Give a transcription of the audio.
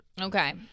Okay